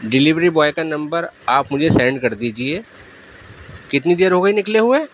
delivery boy کا نمبر آپ مجھے سینڈ کر دیجیے کتنی دیر ہو گئی نکلے ہوئے